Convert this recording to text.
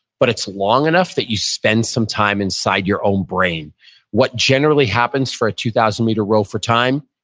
but it's long enough that you spend some time inside your own brain what generally happens for a two thousand meter row for time,